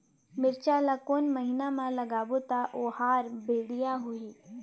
मिरचा ला कोन महीना मा लगाबो ता ओहार बेडिया होही?